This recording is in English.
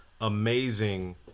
amazing